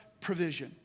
provision